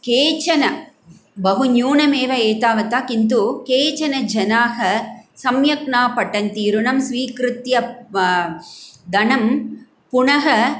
केचन बहुन्यूनमेव एतावता किन्तु केचन जनाः सम्यक् न पठन्ति ऋणं स्वीकृत्य धनं पुनः